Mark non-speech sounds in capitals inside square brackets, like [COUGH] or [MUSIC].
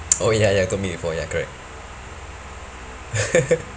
oh ya ya told me before ya correct [LAUGHS]